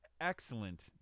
excellent